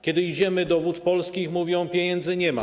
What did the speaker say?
Kiedy idziemy do Wód Polskich, mówią nam: pieniędzy nie ma.